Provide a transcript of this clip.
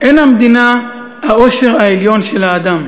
"אין המדינה האושר העליון של האדם.